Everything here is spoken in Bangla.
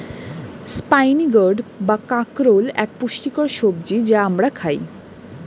স্পাইনি গার্ড বা কাঁকরোল এক পুষ্টিকর সবজি যা আমরা খাই